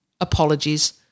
apologies